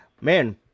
man